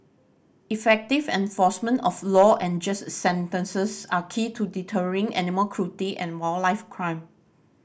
effective enforcement of law and just sentences are key to deterring animal cruelty and wildlife crime